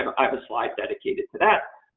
um i have a slide dedicated to that.